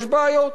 יש בעיות,